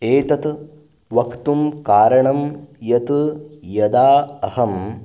एतत् वक्तुं कारणं यत् यदा अहं